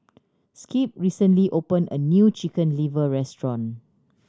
Skip recently opened a new Chicken Liver restaurant